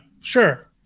sure